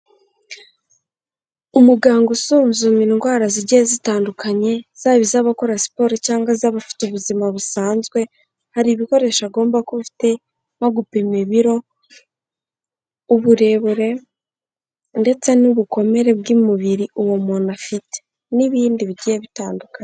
Umuganga usuzuma indwara zigiye zitandukanye, zaba iz'abakora siporo cyangwa iz'abafite ubuzima busanzwe, hari ibikoresho agomba kuba afite nko gupima ibiro, uburebure ndetse n'ubukomere bw'umubiri, uwo muntu afite n'ibindi bigiye bitandukanye.